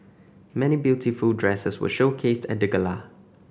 many beautiful dresses were showcased at the gala